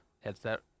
headset